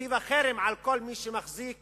עשתה חרם על כל מי שמחזיק